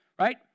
right